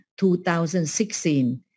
2016